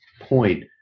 point